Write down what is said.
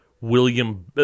William –